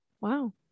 Wow